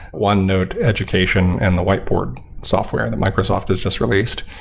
onenote education, and the whiteboard software that microsoft has just released.